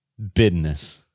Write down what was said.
Bidness